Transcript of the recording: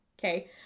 okay